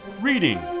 Reading